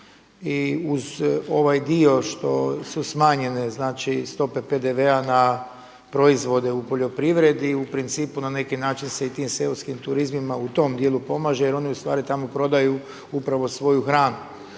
i uz ovaj dio što su smanjene, znači stope PDV-a na proizvode u poljoprivredi u principu na neki način se i tim seoskim turizmima u tom dijelu pomaže, jer oni u stvari tamo prodaju upravo svoju hranu.